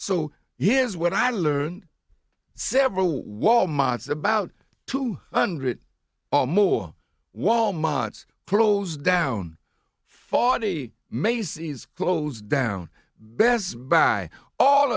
so here is what i learned several wal mart's about two hundred or more wal mart's closed down forty maisie's closed down best buy all